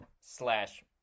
slash